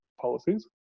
policies